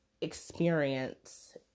experience